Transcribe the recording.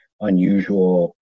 unusual